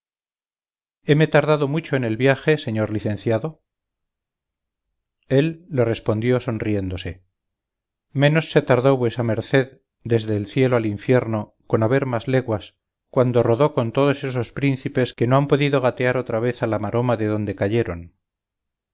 heme tardado mucho en el viaje señor licenciado el le respondió sonriéndose menos se tardó vuesa merced desde el cielo al infierno con haber más leguas cuando rodó con todos esos príncipes que no han podido gatear otra vez a la maroma de donde cayeron